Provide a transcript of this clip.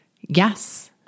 Yes